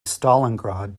stalingrad